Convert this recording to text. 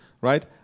right